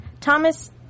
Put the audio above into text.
Thomas